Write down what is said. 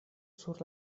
sur